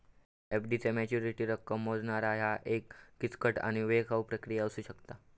FD चा maturity रक्कम मोजणा ह्या एक किचकट आणि वेळखाऊ प्रक्रिया असू शकता